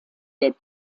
der